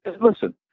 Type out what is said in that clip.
listen